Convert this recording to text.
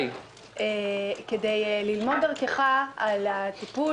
כדי ללמוד דרכך על הטיפול,